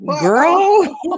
Girl